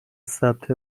ثبت